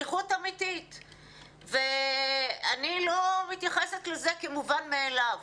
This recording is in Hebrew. אני לא מתייחסת לזה כמובן מאליו.